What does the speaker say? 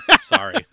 sorry